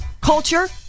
culture